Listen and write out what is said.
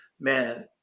man